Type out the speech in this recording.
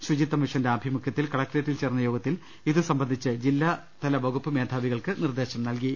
ശുചിത്വമിഷന്റെ ആഭിമുഖ്യത്തിൽ കളക്ട്രേറ്റിൽ ചേർന്ന യോഗത്തിൽ ഇതുസംബന്ധിച്ച് ജില്ലാതല വകുപ്പ് മേധാവികൾക്ക് നിർദ്ദേശം നൽകി